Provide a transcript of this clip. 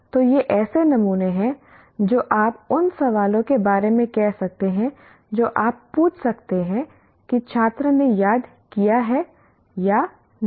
तो ये ऐसे नमूने हैं जो आप उन सवालों के बारे में कह सकते हैं जो आप पूछ सकते हैं कि छात्र ने याद किया है या नहीं